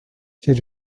she